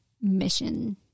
mission